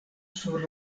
sur